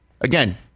Again